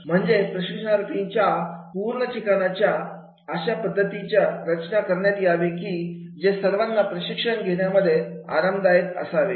म्हणजे प्रशिक्षणाच्या संपूर्ण ठिकाणाची अशा पद्धतीने रचना करण्यात यावी की जे सर्वांना प्रशिक्षण घेण्यामध्ये आरामदायक असावे